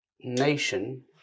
nation